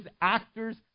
actors